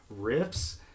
riffs